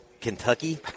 Kentucky